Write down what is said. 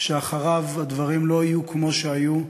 שאחריו הדברים לא יהיו כמו שהיו,